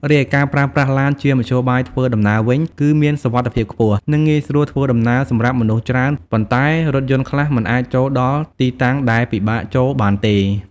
រីឯការប្រើប្រាស់ឡានជាមធ្យោបាយធ្វើដំណើរវិញ គឺវាមានសុវត្ថិភាពខ្ពស់ និងងាយស្រួលធ្វើដំណើរសម្រាប់មនុស្សច្រើន ប៉ុន្តែរថយន្តខ្លះមិនអាចចូលដល់ទីតាំងដែលពិបាកចូលបានទេ។